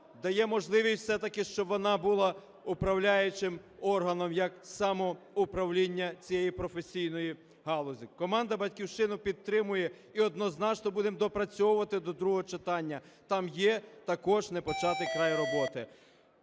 дає можливість все-таки, щоб вона була управляючим органом як самоуправління цієї професійної галузі. Команда "Батьківщини" підтримує і однозначно будемо доопрацьовувати до другого читання, там є також непочатий край роботи.